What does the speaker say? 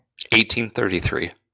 1833